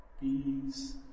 peace